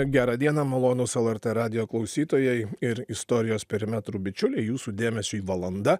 gerą dieną malonūs lrt radijo klausytojai ir istorijos perimetrų bičiuliai jūsų dėmesiui valanda